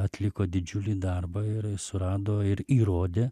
atliko didžiulį darbą ir surado ir įrodė